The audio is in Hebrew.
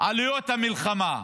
עלויות המלחמה,